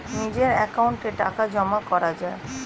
নিজের অ্যাকাউন্টে টাকা জমা করা যায়